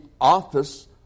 office